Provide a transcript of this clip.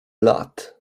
lat